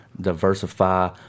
diversify